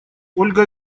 ольга